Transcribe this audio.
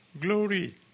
glory